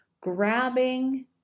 Grabbing